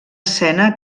escena